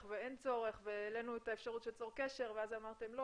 או אין צורך והעלינו את האפשרות של צור קשר ואמרתם שלא